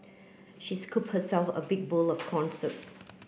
she scooped herself a big bowl of corn soup